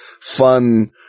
fun